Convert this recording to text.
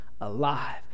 alive